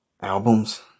albums